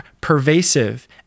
pervasive